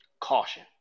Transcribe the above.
caution